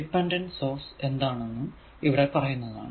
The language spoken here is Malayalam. ഡിപെൻഡന്റ് സോഴ്സ് എന്താണെന്നും ഇവിടെ പറയുന്നതാണ്